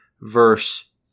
verse